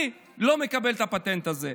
אני לא מקבל את הפטנט הזה.